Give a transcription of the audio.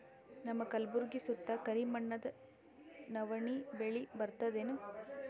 ನಮ್ಮ ಕಲ್ಬುರ್ಗಿ ಸುತ್ತ ಕರಿ ಮಣ್ಣದ ನವಣಿ ಬೇಳಿ ಬರ್ತದೇನು?